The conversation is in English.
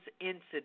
incidents